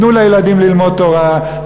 תנו לילדים ללמוד תורה,